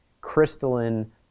crystalline